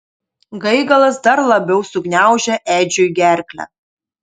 gaigalas dar labiau sugniaužė edžiui gerklę